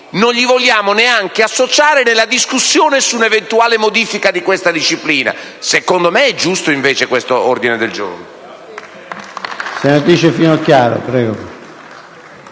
non li vogliamo neanche associare nella discussione su un'eventuale modifica di questa disciplina. Ritengo quindi che l'ordine del giorno